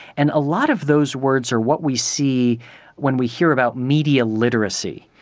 and a lot of those words are what we see when we hear about media literacy.